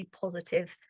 positive